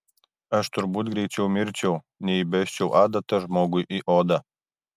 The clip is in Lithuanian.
aš turbūt greičiau mirčiau nei įbesčiau adatą žmogui į odą